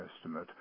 estimate